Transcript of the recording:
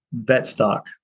Vetstock